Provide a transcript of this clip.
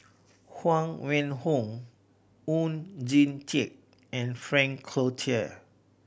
Huang Wenhong Oon Jin Teik and Frank Cloutier